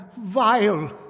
vile